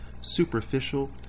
superficial